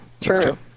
True